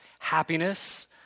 Happiness